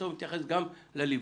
בסוף נתייחס גם לליווי.